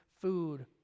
food